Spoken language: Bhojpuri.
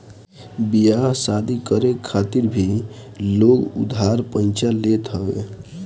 बियाह शादी करे खातिर भी लोग उधार पइचा लेत हवे